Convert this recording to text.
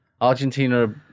Argentina